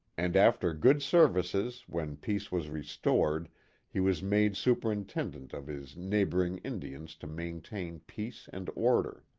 and after good services when peace was restored he was made superintendent of his neighboring indians to maintain peace and order.